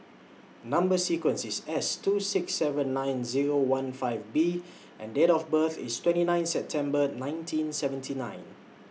Number sequence IS S two six seven nine Zero one five B and Date of birth IS twenty nine September nineteen seventy nine